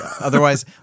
otherwise